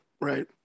right